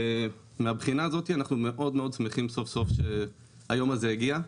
מהבחינה הזאת אנחנו מאוד שמחים סוף-סוף שהיום הזה יגיע.